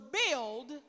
build